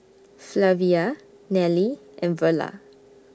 Flavia Nelly and Verla